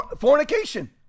Fornication